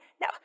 Now